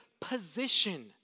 position